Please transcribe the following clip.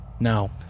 Now